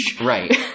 Right